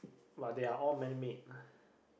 but they are all man made